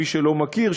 מי שלא מכיר,